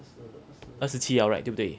二十七了 right 对不对